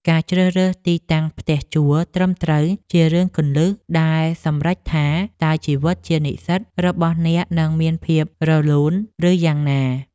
ការជ្រើសរើសទីតាំងផ្ទះជួលត្រឹមត្រូវជារឿងគន្លឹះដែលសម្រេចថា តើជីវិតជានិស្សិតរបស់អ្នកនឹងមានភាពរលូនឬយ៉ាងណា។